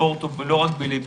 הספורט הוא מאוד בלבי.